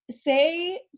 Say